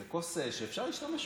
זאת כוס שאפשר להשתמש בה?